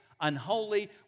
unholy